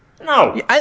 No